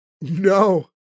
No